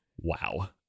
wow